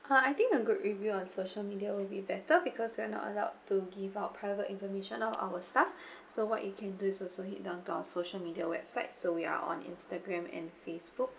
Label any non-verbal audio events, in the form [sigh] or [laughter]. uh I think a good review on social media will be better because we are not allowed to give out private information of our staff [breath] so what you can do is also hit down to our social media websites so we're on instagram and facebook